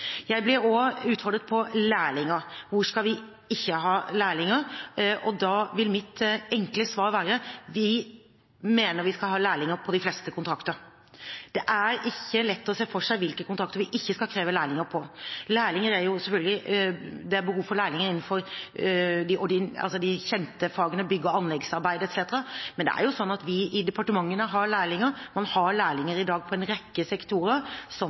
Jeg blir også utfordret om lærlinger. Hvor skal vi ikke ha lærlinger? Da vil mitt enkle svar være: Vi mener vi skal ha lærlinger på de fleste kontrakter. Det er ikke lett å se for seg hvilke kontrakter hvor vi ikke skal kreve lærlinger. Det er behov for lærlinger innenfor de kjente fagene som bygg- og anleggsarbeid etc. Men det er jo sånn at vi i departementene har lærlinger. Man har lærlinger i dag innen en rekke sektorer